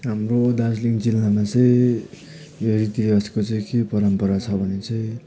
हाम्रो दार्जिलिङ जिल्लामा चाहिँ यो रीति रिवाजको चाहिँ के परम्परा छ भने चाहिँ